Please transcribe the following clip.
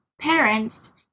parents